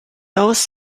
those